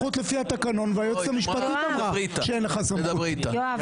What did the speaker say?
לפי התקנון אין לך סמכות והיועצת המשפטית אמרה שאין לך סמכות.